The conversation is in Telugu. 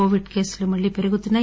కోవిడ్ కేసులు మల్లీ పెరుగుతున్నాయి